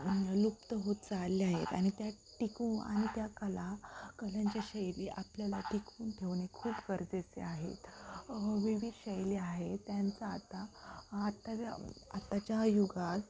लुप्त होत चालले आहेत आणि त्या टिकू आणि त्या कला कलांच्या शैली आपल्याला टिकून ठेवणे खूप गरजेचे आहेत विविध शैली आहेत त्यांचा आता आत्ताच्या आत्ताच्या युगात